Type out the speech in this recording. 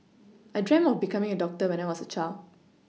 I dreamt of becoming a doctor when I was a child